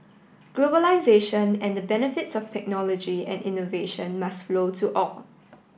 globalisation and the benefits of technology and innovation must flow to all